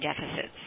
deficits